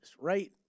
right